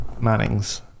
Mannings